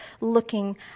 looking